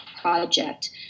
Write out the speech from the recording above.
project